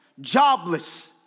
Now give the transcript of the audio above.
jobless